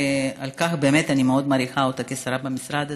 ועל כך אני מאוד מעריכה אותה כשרה במשרד הזה,